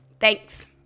Thanks